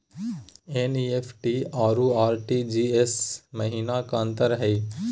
NEFT अरु RTGS महिना का अंतर हई?